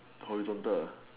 horizontal ah